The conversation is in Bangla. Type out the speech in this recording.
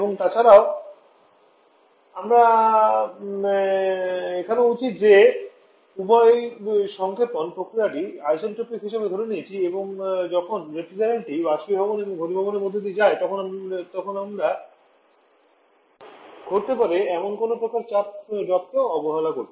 এবং এছাড়াও এখানেও এটা উচিত যে উভয় সংক্ষেপণ প্রক্রিয়াকে আইসেন্ট্রোপিক হিসাবে ধরে নেওয়া এবং যখন রেফ্রিজারেন্টটি বাষ্পীভবন এবং ঘনীভবনের মধ্য দিয়ে যায় তখন ঘটতে পারে এমন কোনও প্রকার চাপ ড্রপকে অবহেলা করা